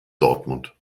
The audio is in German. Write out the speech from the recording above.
dortmund